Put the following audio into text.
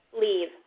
Leave